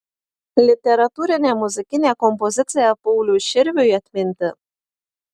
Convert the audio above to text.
literatūrinė muzikinė kompozicija pauliui širviui atminti